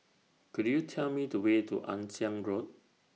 Could YOU Tell Me The Way to Ann Siang Road